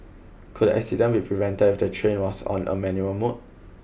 could the accident be prevented if the train was on a manual mode